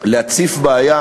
מאתנו להציף בעיה.